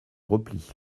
repli